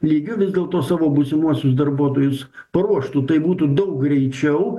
lygiu vis dėlto savo būsimuosius darbuotojus paruoštų tai būtų daug greičiau